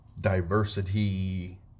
diversity